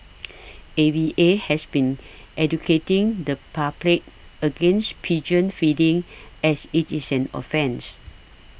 A V A has been educating the public against pigeon feeding as it is an offence